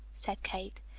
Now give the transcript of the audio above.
said kate.